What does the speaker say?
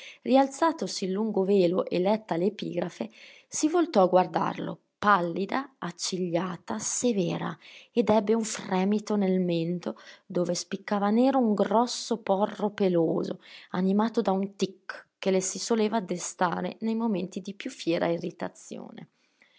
lapide rialzatosi il lungo velo e letta l'epigrafe si voltò a guardarlo pallida accigliata severa ed ebbe un fremito nel mento dove spiccava nero un grosso porro peloso animato da un tic che le si soleva destare nei momenti di più fiera irritazione